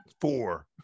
Four